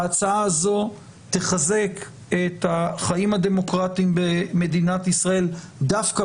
ההצעה הזו תחזק את החיים הדמוקרטיים במדינת ישראל דווקא